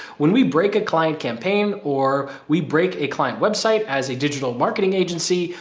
when we break a client campaign or we break a client website as a digital marketing agency,